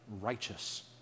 righteous